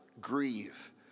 grieve